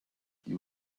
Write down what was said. you